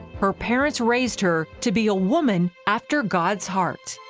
her parents raised her to be a woman after god's heart.